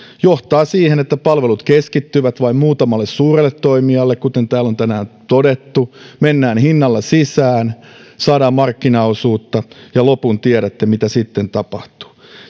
johtaa siihen että palvelut keskittyvät vain muutamalle suurelle toimijalle kuten täällä on tänään todettu mennään hinnalla sisään saadaan markkinaosuutta ja lopun tiedätte mitä sitten tapahtuu